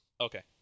Okay